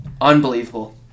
Unbelievable